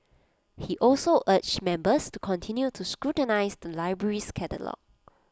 he also urged members to continue to scrutinise the library's catalogues